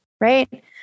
right